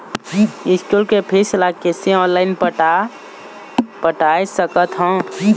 School के fees ला कैसे ऑनलाइन पटाए सकत हव?